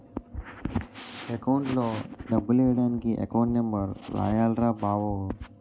అకౌంట్లో డబ్బులెయ్యడానికి account number రాయాల్రా బావో